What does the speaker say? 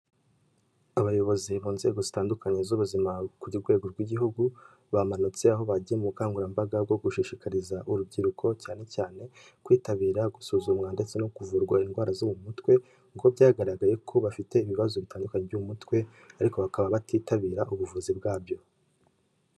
Abayobozi mu nzego zitandukanye z'ubuzima ku rwego rw'Igihugu, bamanutse aho bagiye mu bukangurambaga bwo gushishikariza urubyiruko cyane cyane kwitabira gusuzumwa ndetse no kuvurwara indwara zo mu mutwe kuko byagaragaye ko bafite ibibazo bitandukanye byo mu mutwe ariko bakaba batitabira ubuvuzi bwabyo.